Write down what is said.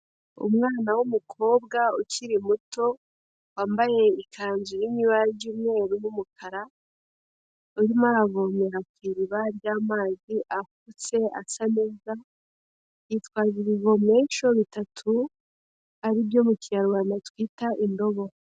Umwana w'umukobwa ukiri muto, wambaye ikanzu iri mu ibara ry'umweru n'umukara, urimo aravomera ku iriba ry'amazi afutse asa neza, bitwaje ibivomesho bitatu ari byo mu Kinyarwanda twita indobo.